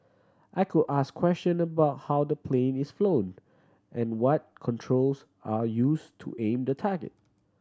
I could ask question about how the plane is flown and what controls are use to aim the target